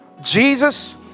Jesus